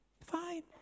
Fine